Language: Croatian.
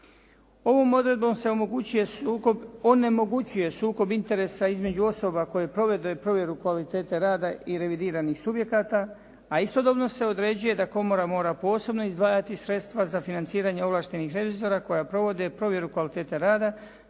Ovom odredbom se onemogućuje sukob interesa između osoba koje provedbu i provjeru kvalitete rada i revidiranih subjekata, a istodobno se određuje da komora mora posebno izdvajati sredstva za financiranje ovlaštenih revizora koja provode provjere kvalitete rada